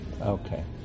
Okay